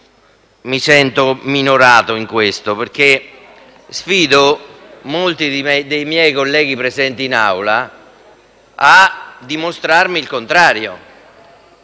mi sento minorato in questo, perché sfido molti dei miei colleghi presenti in Aula a dimostrarmi il contrario.